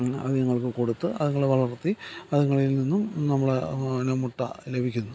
അതുങ്ങൾക്ക് കൊടുത്ത് അതുങ്ങളെ വളർത്തി അതുങ്ങളിൽ നിന്നും നമ്മൾ പിന്നെ മുട്ട ലഭിക്കുന്നു